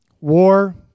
War